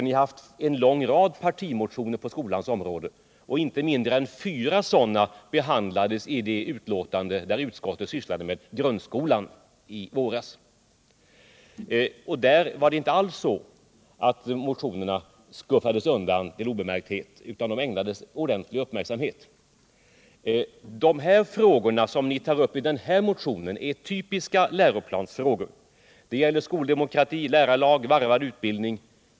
Ni har haft en lång rad partimotioner på skolans område, och inte mindre än fyra sådana behandlades i det betänkande där utskottet sysslade med grundskolan i våras. Motionerna skuffades där alls inte undan till obemärkthet, utan de ägnades ordentlig uppmärksamhet. De frågor ni tar upp i den här motionen är typiska läroplansfrågor: de gäller skoldemokrati, lärarlag, varvad utbildning.